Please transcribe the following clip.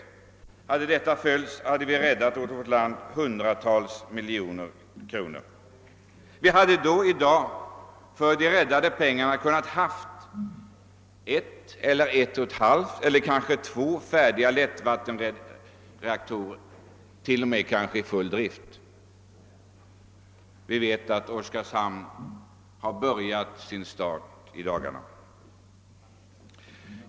Om vårt förslag hade följts den gången, så hade vi åt vårt land räddat hundratals miljoner kronor. Vi hade då för de räddade pengarna kunnat ha en eller en och en halv färdig lättvattenreaktor — ja, kanske t.o.m. två reaktorer — i full drift. Som bekant har Oskarshamnsverket startat driften i dagarna.